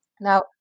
now